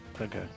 Okay